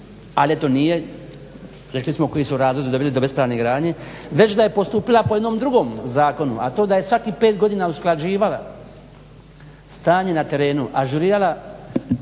ali eto nije, rekli smo koji su razlozi doveli do bespravne gradnje, već da je postupila po jednom drugom zakonu, a to je da je svakih 5 godina usklađivala stanje na terenu, ažurirala